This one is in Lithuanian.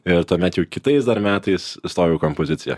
ir tuomet jau kitais dar metais stojau į kompoziciją